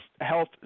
health